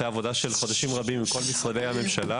אחרי עבודה של חודשים רבים עם כל משרדי הממשלה,